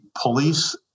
police